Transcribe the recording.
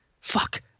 fuck